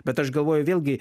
bet aš galvoju vėlgi